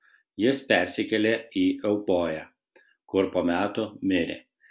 jis persikėlė į euboją kur po metų mirė